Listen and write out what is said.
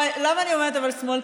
למה אני אומרת, אבל, "שמאל"?